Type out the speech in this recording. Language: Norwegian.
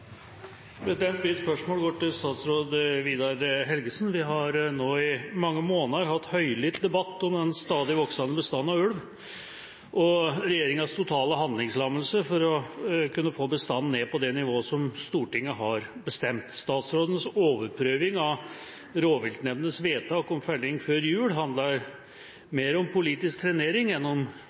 Mitt spørsmål går til statsråd Vidar Helgesen. Vi har nå i mange måneder hatt en høylytt debatt om den stadig voksende bestanden av ulv og regjeringas totale handlingslammelse for å kunne få bestanden ned på det nivået som Stortinget har bestemt. Statsrådens overprøving av rovviltnemndenes vedtak om felling før jul handler mer om politisk trenering